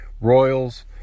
Royals